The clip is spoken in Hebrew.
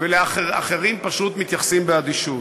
ואחרים פשוט מתייחסים באדישות.